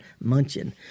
munching